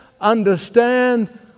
understand